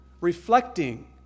reflecting